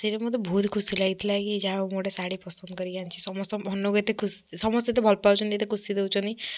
ସେଇଟା ମୋତେ ବହୁତୁ ଖୁସି ଲାଗିଥିଲା କି ଯାହା ହେଉ ମୁଁ ଗୋଟେ ଶାଢ଼ୀ ପସନ୍ଦ କରିକି ଆଣିଛି ସମସ୍ତଙ୍କ ମନକୁ ଏତେ ଖୁସି ସମସ୍ତେ ଏତେ ଭଲ ପାଉଛନ୍ତି ଏତେ ଖୁସି ଦେଉଛନ୍ତି